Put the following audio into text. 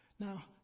Now